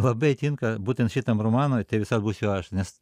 labai tinka būtent šitam romanui te visad būsiu aš nes